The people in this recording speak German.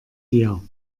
dir